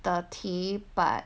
the tea but